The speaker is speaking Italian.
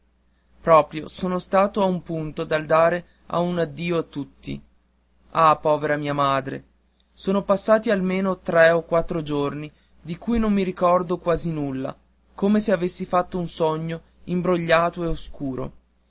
proprio son stato a un punto dal dare un addio a tutti ah povera mia madre son passati almeno tre o quattro giorni di cui non mi ricordo quasi nulla come se avessi fatto un sogno imbrogliato e oscuro